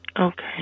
Okay